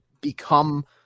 become